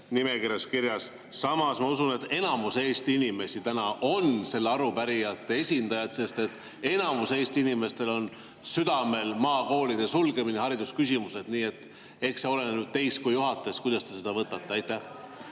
nimekirjas. Samas ma usun, et enamik Eesti inimesi täna on arupärijate esindajad, sest enamikul Eesti inimestel on südamel maakoolide sulgemine, haridusküsimused. Eks see oleneb nüüd teist kui juhatajast, kuidas te seda võtate. Aitäh,